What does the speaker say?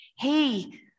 hey